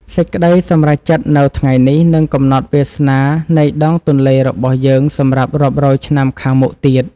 សេចក្តីសម្រេចចិត្តនៅថ្ងៃនេះនឹងកំណត់វាសនានៃដងទន្លេរបស់យើងសម្រាប់រាប់រយឆ្នាំខាងមុខទៀត។